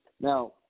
Now